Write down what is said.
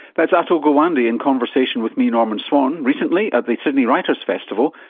that's atul gawande in conversation with me, norman swan, recently at the sydney writers' festival.